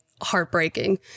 heartbreaking